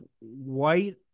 white